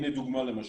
הנה דוגמה למשל.